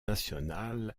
national